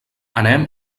anem